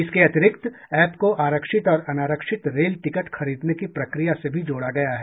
इसके अतिरिक्त एप को आरक्षित और अनारक्षित रेल टिकट खरीदने की प्रक्रिया से भी जोड़ा गया है